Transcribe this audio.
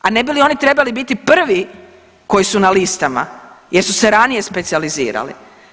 A ne bi li oni trebali biti prvi koji su na listama jer su se ranije specijalizirali?